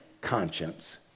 conscience